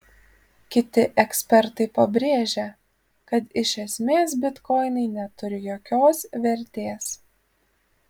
kiti ekspertai pabrėžia kad iš esmės bitkoinai neturi jokios vertės